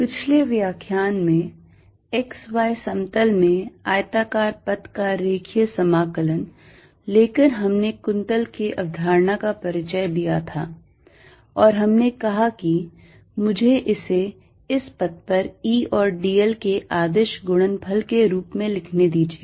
पिछले व्याख्यान में x y समतल में आयताकार पथ का रेखीय समाकल लेकर हमने कुंतल के अवधारणा का परिचय दिया था और हमने कहा कि मुझे इसे इस पथ पर E और dl के अदिश गुणनफल के रूप में लिखने दीजिए